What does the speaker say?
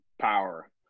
power